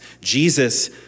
Jesus